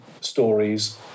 stories